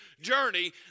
journey